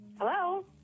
Hello